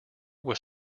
was